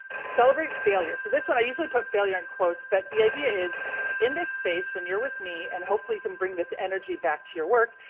celebrate failure. so this one i usually put failure in quotes, but the idea is in this space when you're with me and hopefully you can bring this enerji back to your work,